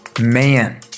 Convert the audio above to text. man